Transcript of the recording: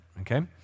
okay